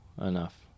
enough